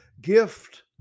gift